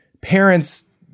parents